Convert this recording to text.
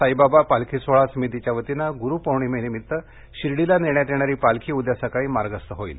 साईबाबा पालखी सोहळा समितीच्या वतीनं ग्रुपौर्णिमेनिमित्त शिर्डीला नेण्यात येणारी पालखी उदया सकाळी मार्गस्थ होणार आहे